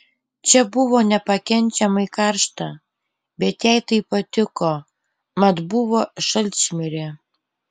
čia buvo nepakenčiamai karšta bet jai tai patiko mat buvo šalčmirė